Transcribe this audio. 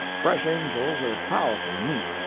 fresh angels are powerful neat.